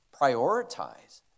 prioritize